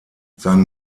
sein